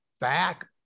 back